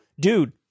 Dude